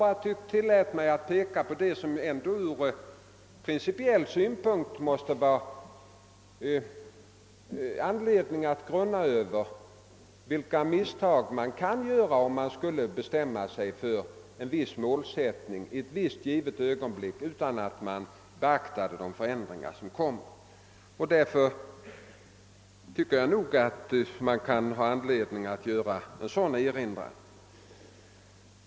Jag tillät mig bara peka på vad som måste vara anledning att fundera på, nämligen vilka misstag man kan göra om man skulle bestämma sig för en viss målsättning i ett visst givet ögonblick utan att beakta de kommande förändringarna. Jag tycker alltså att det kunde finnas anledning att göra en sådan erinran.